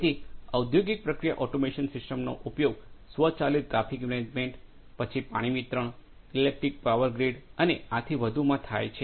તેથી ઔદ્યોગિક પ્રક્રિયા ઓટોમેશન સિસ્ટમ્સનો ઉપયોગ સ્વચાલિત ટ્રાફિક મેનેજમેન્ટ પછી પાણી વિતરણ ઇલેક્ટ્રિકલ પાવર ગ્રીડ અને આથી વધુમાં થાય છે